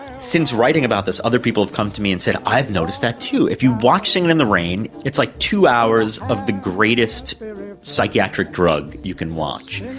since writing about this, other people have come to me and said i've noticed that too. if you watch singin' in the rain, it's like two hours of the greatest psychiatric drug you can watch.